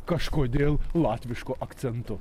kažkodėl latvišku akcentu